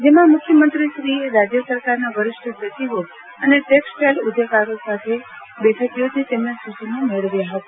જેમાં મુખ્યમંત્રીશ્રીએ રાજ્ય સરકારનાં વરિષ્ઠ સચિવો અને ટેક્સટાઇલ ઉદ્યોગકારો સાથે બેઠક યોજી તેમના સૂચનો મેળવ્યા હતા